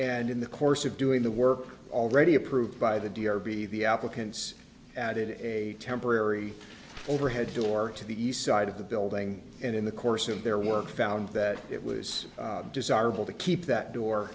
and in the course of doing the work already approved by the d or b the applicants added a temporary overhead door to the east side of the building and in the course of their work found that it was desirable to keep that door